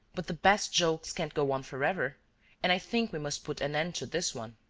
but the best jokes can't go on forever and i think we must put an end to this one.